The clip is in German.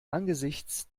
angesichts